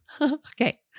Okay